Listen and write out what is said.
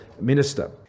minister